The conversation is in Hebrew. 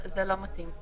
זה לא מתאים.